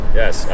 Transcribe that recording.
yes